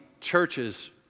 churches